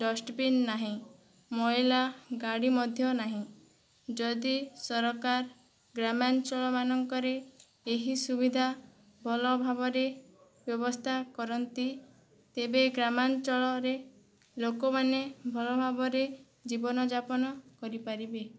dustbin ନାହିଁ ମଇଳା ଗାଡ଼ି ମଧ୍ୟ ନାହିଁ ଯଦି ସରକାର ଗ୍ରାମାଞ୍ଚଳ ମାନଙ୍କରେ ଏହି ସୁବିଧା ଭଲ ଭାବରେ ବ୍ୟବସ୍ଥା କରନ୍ତି ତେବେ ଗ୍ରାମାଞ୍ଚଳରେ ଲୋକମାନେ ଭଲ ଭାବରେ ଜୀବନଯାପନ କରିପାରିବେ